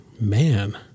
man